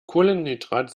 kohlenhydrate